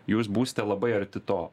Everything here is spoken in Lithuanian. jūs būsite labai arti to